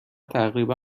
تقریبا